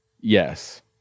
Yes